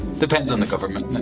depends on the government.